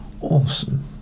awesome